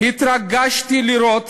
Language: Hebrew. התרגשתי לראות